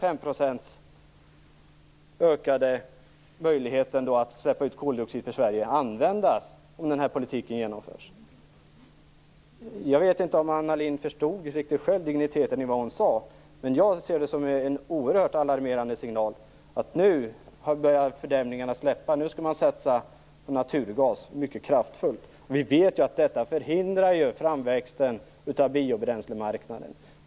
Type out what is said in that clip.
Sveriges möjlighet att öka utsläppen av koldioxid med 5 % måste användas om denna politik genomförs. Jag vet inte om Anna Lindh själv riktigt förstod digniteten i vad hon sade, men jag ser det som en oerhört alarmerande signal. Nu börjar fördämningarna släppa. Nu skall man satsa mycket kraftfullt på naturgas. Vi vet att det förhindrar framväxten av en biobränslemarknad.